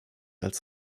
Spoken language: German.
als